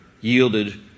yielded